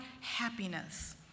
happiness